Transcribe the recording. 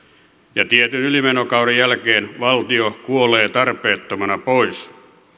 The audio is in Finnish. ja tietyn ylimenokauden jälkeen valtio kuolee tarpeettomana pois